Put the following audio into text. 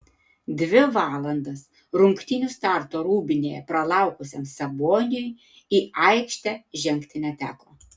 dvi valandas rungtynių starto rūbinėje pralaukusiam saboniui į aikštę žengti neteko